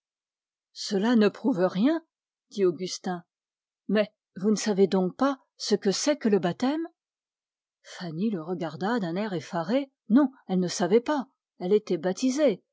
cela ne prouve rien dit augustin mais vous ne savez donc pas ce que c'est que le baptême fanny le regarda d'un air effaré non elle ne savait pas elle était baptisée